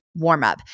warmup